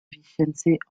vicence